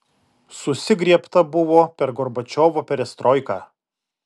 susigriebta buvo per gorbačiovo perestroiką